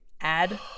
add